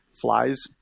flies